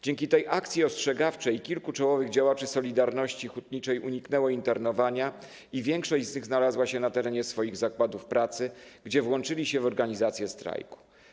Dzięki akcji ostrzegawczej kilku czołowych działaczy „Solidarności” hutniczej uniknęło internowania i większość z nich znalazła się na terenie swoich zakładów pracy, gdzie włączyli się w organizację strajku.